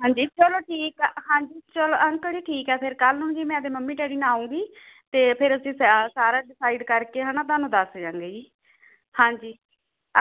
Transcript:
ਹਾਂਜੀ ਚਲੋ ਠੀਕ ਆ ਹਾਂਜੀ ਚਲੋ ਅੰਕਲ ਜੀ ਠੀਕ ਆ ਫਿਰ ਕੱਲ੍ਹ ਨੂੰ ਜੀ ਮੈਂ ਅਤੇ ਮਮੀ ਡੈਡੀ ਨਾਲ ਆਊਂਗੀ ਅਤੇ ਫਿਰ ਅਸੀਂ ਸਾਰਾ ਡਿਸਾਈਡ ਕਰਕੇ ਹੈ ਨਾ ਤੁਹਾਨੂੰ ਦੱਸ ਜਾਵਾਂਗੇ ਜੀ ਹਾਂਜੀ